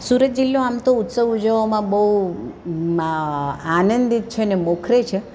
સુરત જિલ્લો આમ તો ઉત્સવ ઉજવવામાં બહુ આનંદિત છે અને બહુ મોખરે છે